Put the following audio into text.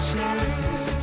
Chances